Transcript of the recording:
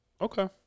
Okay